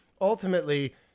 ultimately –